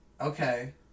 Okay